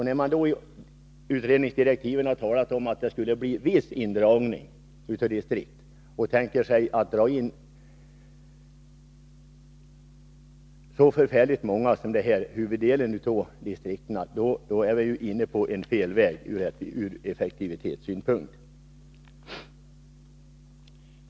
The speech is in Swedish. När direktiven talar om indragning av huvuddelen av distrikten är man inne på fel väg ur effektivitetssynpunkt.